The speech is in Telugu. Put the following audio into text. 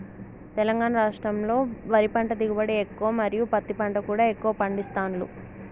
తెలంగాణ రాష్టంలో వరి పంట దిగుబడి ఎక్కువ మరియు పత్తి పంట కూడా ఎక్కువ పండిస్తాండ్లు